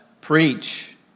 preach